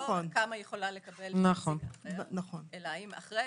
לא כמה יכולה לקבל אלא האם אחרי